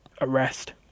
arrest